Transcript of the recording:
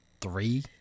Three